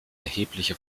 erhebliche